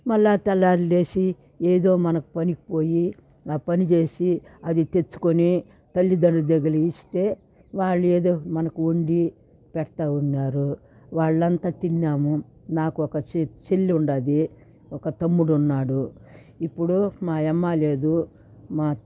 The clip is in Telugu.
మళ్ళీ తెల్లవారి లేచి ఏదో మనకి పనికి పోయి ఆ పని చేసి అది తెచ్చుకుని తల్లిదండ్రులు దగ్గర ఇస్తే వాళ్ళు ఏదో మనకి వండి పెడుతూ ఉన్నారు వాళ్ళంతా తిన్నాము నాకొక చె చెల్లి ఉన్నది ఒక తమ్ముడు ఉన్నాడు ఇప్పుడు మా అమ్మా లేదు మా